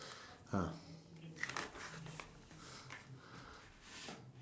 ah